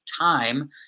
time